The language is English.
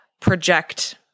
project